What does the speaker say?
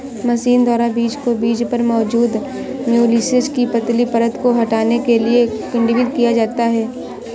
machine द्वारा बीज को बीज पर मौजूद म्यूसिलेज की पतली परत को हटाने के लिए किण्वित किया जाता है